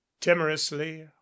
timorously